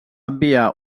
enviar